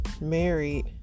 married